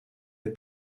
het